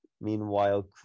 Meanwhile